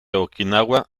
okinawa